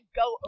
go